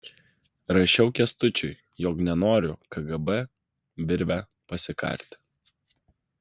rašiau kęstučiui jog nenoriu kgb virve pasikarti